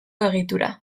egitura